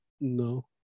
No